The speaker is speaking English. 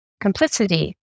complicity